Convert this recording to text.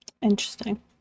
Interesting